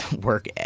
work